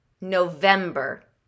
November